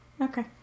Okay